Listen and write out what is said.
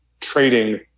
trading